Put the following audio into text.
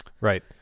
Right